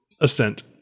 assent